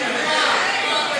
מי נמנע?